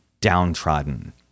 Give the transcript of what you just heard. downtrodden